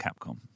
Capcom